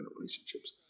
relationships